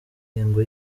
ngengo